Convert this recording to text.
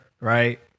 right